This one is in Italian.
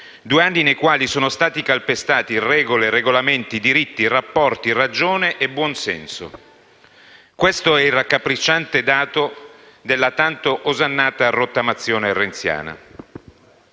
due anni nei quali sono stati calpestati regole, regolamenti, diritti, rapporti, ragione e buonsenso. Questo è il raccapricciante dato della tanto osannata rottamazione renziana.